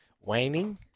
waning